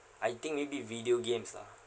I think maybe video games lah